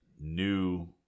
new